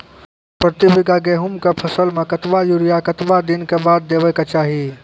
प्रति बीघा गेहूँमक फसल मे कतबा यूरिया कतवा दिनऽक बाद देवाक चाही?